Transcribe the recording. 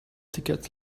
tickets